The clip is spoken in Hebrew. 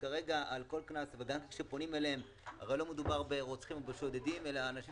לא מדובר ברוצחים או בשודדים אלא באנשים